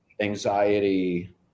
anxiety